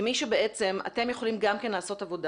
כמי שבעצם אתם יכולים גם כן לעשות עבודה.